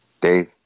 dave